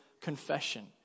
confession